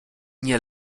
nie